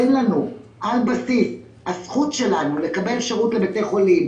תן לנו על בסיס הזכות שלנו לקבל שירות לבתי חולים